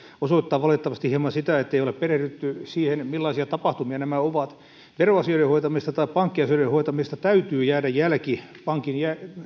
osoittaa valitettavasti hieman sitä ettei ole perehdytty siihen millaisia tapahtumia nämä ovat veroasioiden hoitamisesta tai pankkiasioiden hoitamisesta täytyy jäädä jälki pankin